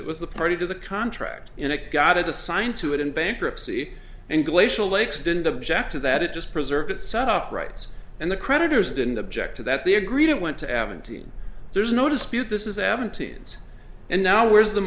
it was the party to the contract and it got it assigned to it in bankruptcy and glacial lakes didn't object to that it just preserve that suff rights and the creditors didn't object to that they agreed it went to evan team there's no dispute this is evan teens and now where's the